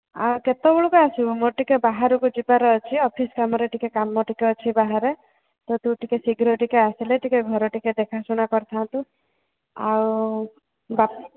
ଆଉ କେତେବେଳେକୁ ଆସିବୁ ମୁଁ ଟିକେ ବାହାରକୁ ଯିବାର ଅଛି ଅଫିସ କାମରେ ଟିକେ କାମ ଟିକ ଅଛି ବାହାରେ ତୁ ଟିକେ ଶୀଘ୍ର ଟିକେ ଆସିଲେ ଟିକେ ଘରେ ଟିକେ ଦେଖାଶୁଣା କରିଥାନ୍ତୁ ଆଉ ବା